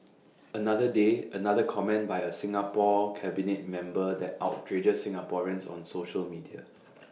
another day another comment by A Singapore cabinet member that outrages Singaporeans on social media